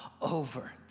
over